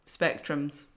spectrums